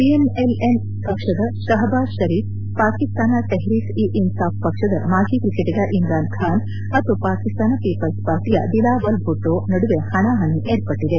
PML N ಪಕ್ಷದ ಶಹಬಾಜ್ ಶರೀಫ್ ಪಾಕಿಸ್ನಾನ ಟೆಹ್ರೀಕ್ ಇ ಇನಾಫ್ ಪಕ್ಷದ ಮಾಜಿ ಕ್ರಿಟಗ ಇಮ್ರಾನ್ ಖಾನ್ ಮತ್ತು ಪಾಕಿಸ್ತಾನ ಪೀಪಲ್ಲ್ ಪಾರ್ಟಯ ಬಿಲಾವಲ್ ಭುಟ್ಲೋ ನಡುವೆ ಪಣಾಹಣಿ ಏರ್ಪಟ್ಟದೆ